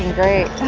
and great,